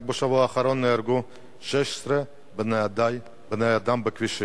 רק בשבוע האחרון נהרגו 16 בני-אדם בכבישים.